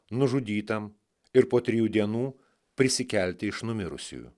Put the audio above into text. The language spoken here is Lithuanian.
nužudytam ir po trijų dienų prisikelti iš numirusiųjų